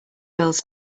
bills